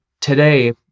today